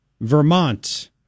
Vermont